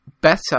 better